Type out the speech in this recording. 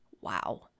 wow